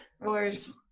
Wars